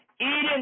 eating